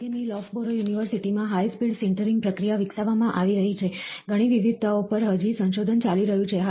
UK ની Loughborough university માં high speed sintering પ્રક્રિયા વિકસાવવામાં આવી રહી છે ઘણી વિવિધતાઓ પર હજી સંશોધન ચાલી રહ્યું છે